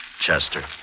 Chester